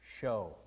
show